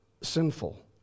sinful